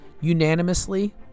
unanimously